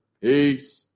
peace